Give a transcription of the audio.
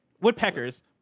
woodpeckers